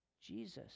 Jesus